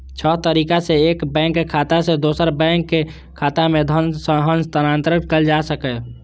छह तरीका सं एक बैंक खाता सं दोसर बैंक खाता मे धन हस्तांतरण कैल जा सकैए